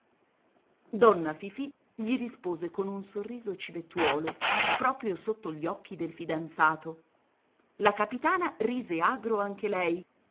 donna fifì gli rispose con un sorriso civettuolo proprio sotto gli occhi del fidanzato la capitana rise agro anche lei